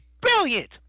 brilliant